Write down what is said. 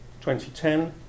2010